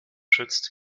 schützt